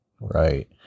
right